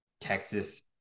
Texas